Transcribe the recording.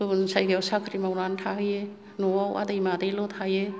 गुबुन जायगायाव साख्रि मावनानै थाहैयो न'आव आदै मादैल' थायो